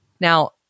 Now